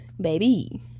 baby